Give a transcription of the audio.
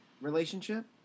relationship